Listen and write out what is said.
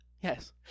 yes